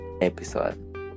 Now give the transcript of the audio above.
episode